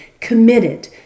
committed